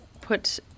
put